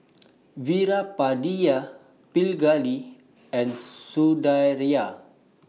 Veerapandiya Pingali and Sundaraiah